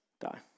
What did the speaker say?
die